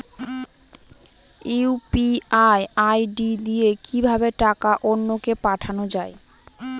UPI ID দিয়ে কিভাবে টাকা অন্য কে পাঠানো যায়?